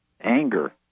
anger